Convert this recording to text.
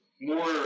more